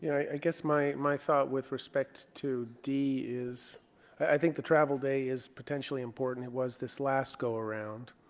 i guess my my thought with respect to d is i think the travel day is potentially important it was this last go-around